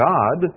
God